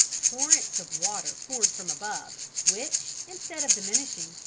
torrents of water poured from above, which, instead of diminishing,